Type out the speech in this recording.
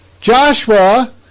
Joshua